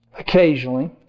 occasionally